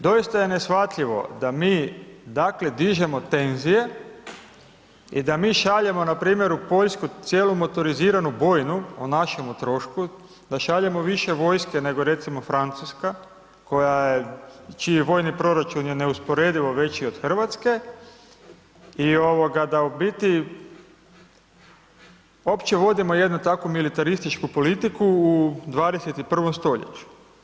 Doista je neshvatljivo da mi, dakle, dižemo tenzije i da mi šaljemo npr. u Poljsku cijelu motoriziranu bojnu o našemu trošku, da šaljemo više vojske nego recimo Francuska koja je, čiji je vojni proračun je neusporedivo veći od RH i da u biti opće vodimo jednu takvu militarističku politiku u 21. stoljeću.